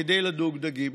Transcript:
כדי לדוג דגים.